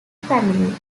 family